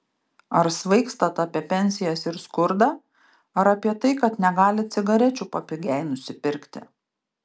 ar svaigstat apie pensijas ir skurdą ar apie tai kad negalit cigarečių papigiai nusipirkti